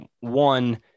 One